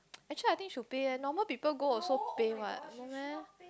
actually I think should pay eh normal people go also pay what no meh